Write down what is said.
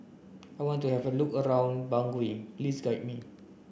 I want to have a look around Bangui please guide me